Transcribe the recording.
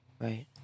Right